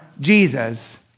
Jesus